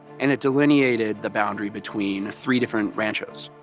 and it delineated the boundary between three different ranches.